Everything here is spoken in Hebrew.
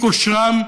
אי-כושרם,